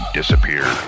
disappear